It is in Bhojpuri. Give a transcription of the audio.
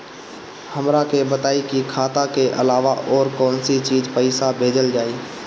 हमरा के बताई की खाता के अलावा और कौन चीज से पइसा भेजल जाई?